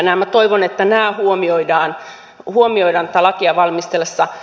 minä toivon että nämä huomioidaan tätä lakia valmistellessa